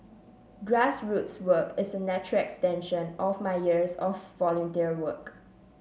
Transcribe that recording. grassroots work is a natural extension of my years of volunteer work